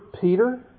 Peter